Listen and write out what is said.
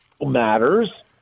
matters